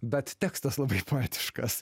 bet tekstas labai poetiškas